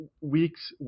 week's